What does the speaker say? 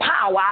power